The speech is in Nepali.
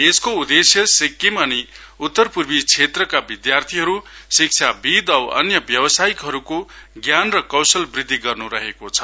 यसको उद्देश्य सिक्किम अनि उत्तर पूर्वी क्षेत्रका विधार्थी शिक्षाविद औ अन्य व्यवसायिकहरुको ज्ञान र कौशल वृद्धि गर्नु रहेको छ